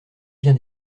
bien